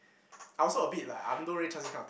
I also a bit like I don't really trust this kind of thing